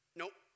nope